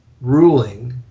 ruling